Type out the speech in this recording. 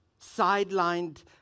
sidelined